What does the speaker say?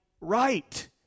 right